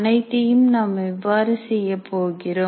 அனைத்தையும் நாம் எவ்வாறு செய்யப்போகிறோம்